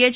H